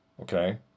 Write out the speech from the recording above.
okay